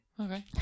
Okay